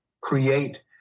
create